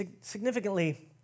Significantly